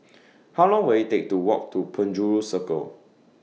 How Long Will IT Take to Walk to Penjuru Circle